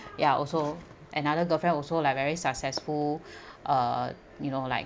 ya also another girlfriend also like very successful uh you know like